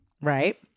Right